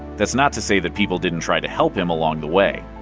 that's not to say that people didn't try to help him along the way.